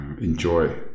enjoy